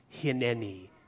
Hineni